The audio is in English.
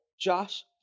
Josh